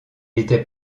était